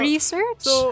Research